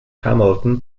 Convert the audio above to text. hamilton